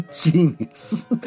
Genius